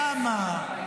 למה?